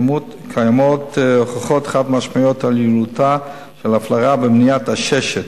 קיימות הוכחות חד-משמעיות ליעילותה של הפלרה במניעת עששת.